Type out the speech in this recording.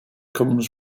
comes